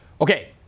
Okay